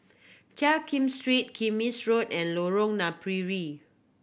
Jiak Kim Street Kismis Road and Lorong Napiri